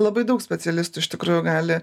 labai daug specialistų iš tikrųjų gali